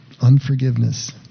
Unforgiveness